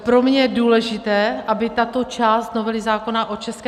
Pro mě je důležité, aby tato část novely zákona o České...